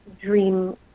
dream